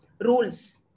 rules